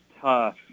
tough